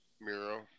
Miro